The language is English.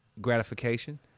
gratification